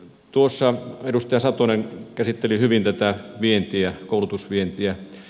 tuossa edustaja satonen käsitteli hyvin tätä vientiä koulutusvientiä